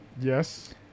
yes